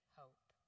hope